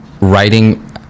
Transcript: writing